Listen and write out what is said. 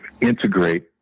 integrate